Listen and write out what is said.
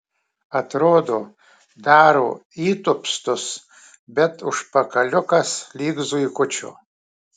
atrodo daro įtūpstus bet užpakaliukas lyg zuikučio